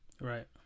right